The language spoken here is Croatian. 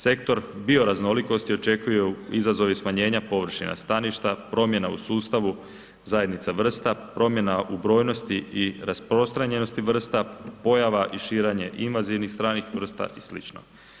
Sektor bioraznolikosti očekuju izazovi smanjenja površina staništa, promjena u sustavu zajednica vrsta, promjena u brojnosti i rasprostranjenosti vrsta, pojava i širenje invanzivnih stranih vrsta i slično.